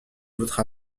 votre